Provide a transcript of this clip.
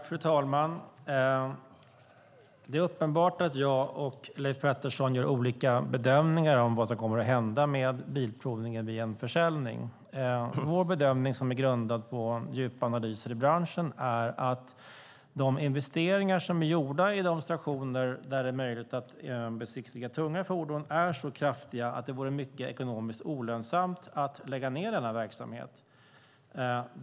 Fru talman! Det är uppenbart att jag och Leif Pettersson gör olika bedömningar av vad som kommer att hända med bilprovningen vid en försäljning. Vår bedömning, som är grundad på djupanalyser av branschen, är att de investeringar som är gjorda i de stationer där det är möjligt att besiktiga tunga fordon är så kraftiga att det vore mycket ekonomiskt olönsamt att lägga ned denna verksamhet.